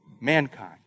Mankind